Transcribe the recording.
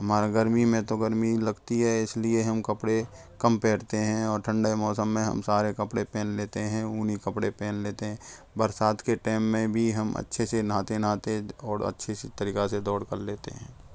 हमारे गर्मी में तो गर्मी लगती है इस लिए हम कपड़े कम पहनते हैं और ठंडे मौसम में हम सारे कपड़े पहन लेते हैं ऊनी कपड़े पहन लेते हैं बरसात के टाइम में भी हम अच्छे से नहाते नहाते और अच्छी सी तरीक़ा से दौड़ कर लेते हैं